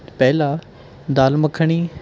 ਪਹਿਲਾਂ ਦਾਲ ਮੱਖਣੀ